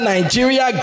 Nigeria